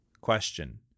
Question